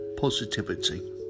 Positivity